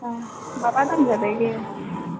ओ बाबा धाम जेबै